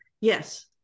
yes